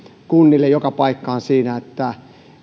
kunnille joka paikkaan siinä että